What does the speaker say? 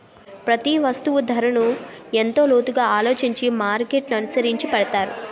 ప్రతి వస్తువు ధరను ఎంతో లోతుగా ఆలోచించి మార్కెట్ననుసరించి పెడతారు